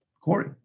Corey